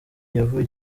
yavuye